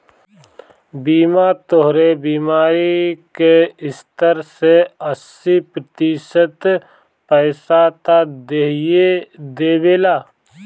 बीमा तोहरे बीमारी क सत्तर से अस्सी प्रतिशत पइसा त देहिए देवेला